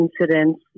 incidents